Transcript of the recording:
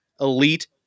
elite